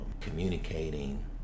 communicating